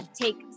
take